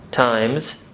times